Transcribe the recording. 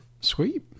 Sweet